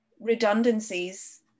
redundancies